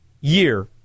year